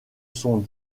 sont